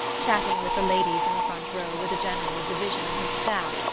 chatting with the ladies in the front row were the general of division and his staff,